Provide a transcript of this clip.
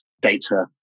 data